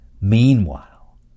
Meanwhile